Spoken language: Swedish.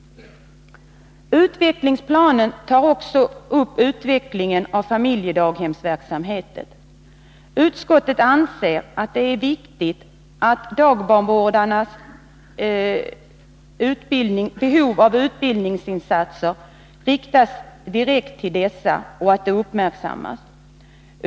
Utvecklingsplanen tar också upp utvecklingen av familjedaghemsverksamheten. Utskottet anser att det är viktigt att behovet av utbildningsinsatser riktade direkt till dagbarnvårdarna uppmärksammas.